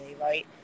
right